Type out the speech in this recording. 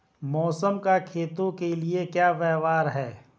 मौसम का खेतों के लिये क्या व्यवहार है?